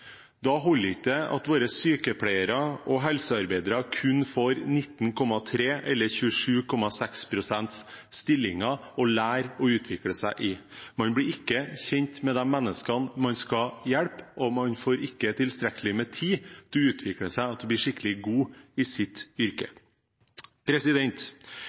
Da holder det ikke at våre sykepleiere og helsearbeidere kun får 19,3 eller 27,6 pst. stillinger å lære og utvikle seg i. Man blir ikke kjent med de menneskene man skal hjelpe, og man får ikke tilstrekkelig med tid til å utvikle seg og til å bli skikkelig god i sitt yrke.